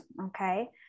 okay